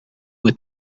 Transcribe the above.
with